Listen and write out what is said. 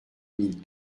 mille